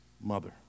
mother